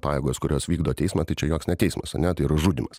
pajėgos kurios vykdo teismą tai čia joks neteismas ane tai yra žudymas